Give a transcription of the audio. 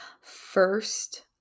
first